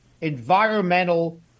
environmental